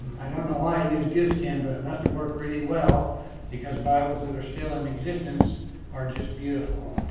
i don't know why he used goose skin but it must have worked really well because bibles that are still in existence are just beautiful